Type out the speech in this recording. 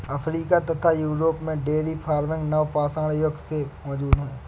Africa तथा Europe में dairy farming नवपाषाण युग से मौजूद है